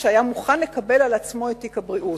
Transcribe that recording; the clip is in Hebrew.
שהיה מוכן לקבל על עצמו את תיק הבריאות.